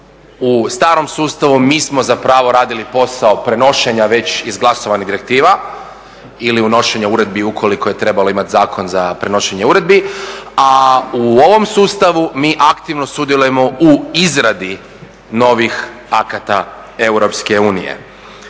U starom sustavu mi smo zapravo radili posao prenošenja već izglasovanih direktiva ili unošenja uredbi ukoliko je trebalo imati zakon za prenošenje uredbi, a u ovom sustavu mi aktivno sudjelujemo u izradi novih akata EU. Od 1.